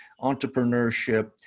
entrepreneurship